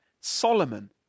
Solomon